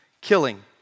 killing